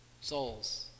souls